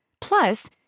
Plus